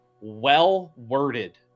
well-worded